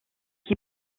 qui